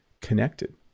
connected